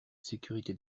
sécurité